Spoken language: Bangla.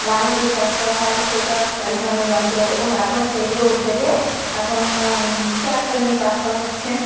লাঙল দিয়ে চাষ করা হয় সেটাও এক এক ধরনের যন্ত্র এবং এখন সেইগুলো উঠে যেয়ে এখন ট্রাক্টর নিয়ে চাষ করা হচ্ছে